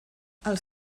els